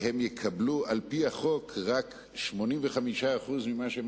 והן יקבלו על-פי החוק רק 85% ממה שהן